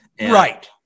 Right